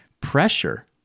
pressure